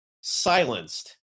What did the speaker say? silenced